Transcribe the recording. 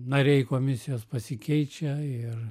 nariai komisijos pasikeičia ir